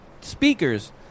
speakers